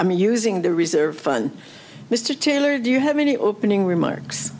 mean using the reserve fund mr taylor do you have any opening remarks